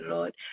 Lord